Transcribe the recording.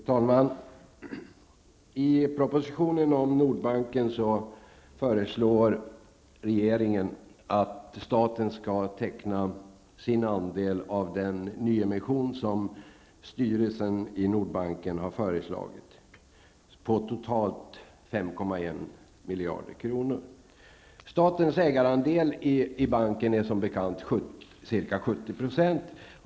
Fru talman! I propositionen om Nordbanken föreslår regeringen att staten skall teckna sin andel av den nyemission som styrelsen i Nordbanken har föreslagit på totalt 5,1 miljarder kronor. Statens ägarandel i banken är som bekant ca 70 %.